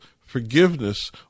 forgiveness